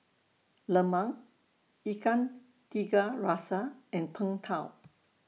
Lemang Ikan Tiga Rasa and Png Tao